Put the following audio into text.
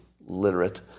literate